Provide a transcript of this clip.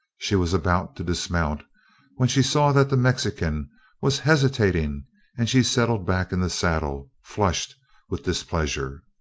she was about to dismount when she saw that the mexican was hesitating and she settled back in the saddle, flushed with displeasure.